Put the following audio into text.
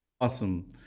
Awesome